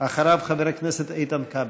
אחריו, חבר הכנסת איתן כבל.